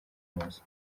neza